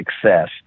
success